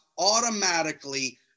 automatically